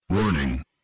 Warning